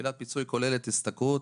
חבילת פיצוי כוללת השתכרות,